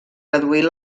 reduir